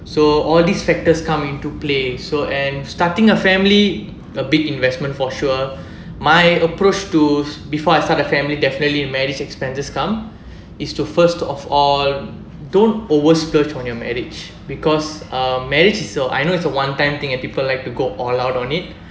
so all these factors come into play so and starting a family a big investment for sure my approach to before I start a family definitely marriage expenses come is to first of all don't over splurge on your marriage because um marriage is a I know it's a one time thing and people like to go all out on it